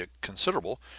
considerable